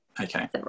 Okay